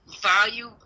value